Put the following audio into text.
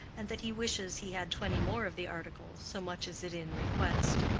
and that he wishes he had twenty more of the article, so much is it in request.